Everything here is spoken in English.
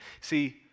See